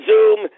Zoom